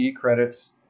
credits